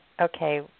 okay